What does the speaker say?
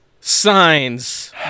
Signs